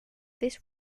this